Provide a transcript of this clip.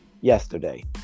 yesterday